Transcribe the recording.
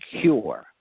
cure